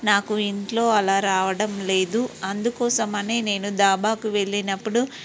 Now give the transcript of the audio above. నాకు ఇంట్లో అలా రావడం లేదు అందుకోసమనే నేను దాబాకి వెళ్ళినప్పుడు